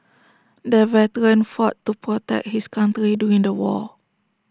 the veteran fought to protect his country during the war